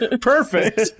Perfect